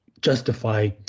justify